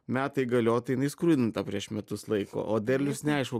metai galiot tai jinai skrudinta prieš metus laiko o derlius neaišku